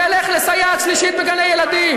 הוא ילך לסייעת שלישית בגני-ילדים,